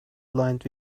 lined